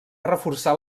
reforçar